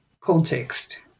context